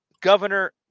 Governor